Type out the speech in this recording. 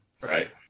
Right